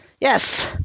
Yes